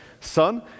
son